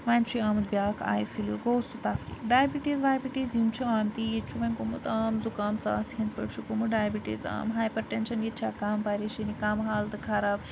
وۄنۍ چھُی آمُت بیاکھ آے فٕلوٗ گوٚو سُہ تَفریٖک ڈایبِٹیٖز وایبِٹیٖز یِم چھِ آمتی ییٚتہِ چھُ وۄنۍ گوٚمُت عام زُکام ژاس ہِندۍ پٲٹھۍ چھُ گوٚمُت ڈایبِٹیٖز عام ہایپَر ٹینشَن ییٚتہِ چھا کَم پَریشٲنی کم حالتہٕ خَراب